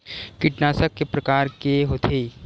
कीटनाशक के प्रकार के होथे?